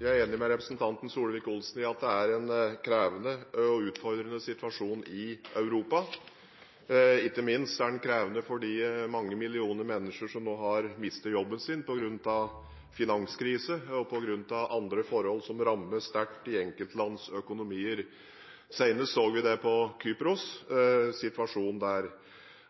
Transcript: Jeg er enig med representanten Solvik-Olsen i at det er en krevende og utfordrende situasjon i Europa. Den er ikke minst krevende fordi mange millioner mennesker nå har mistet jobben sin pga. finanskrise og andre forhold som rammer sterkt i enkeltlands økonomier. Nå senest så vi det på Kypros og situasjonen der.